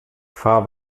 fahr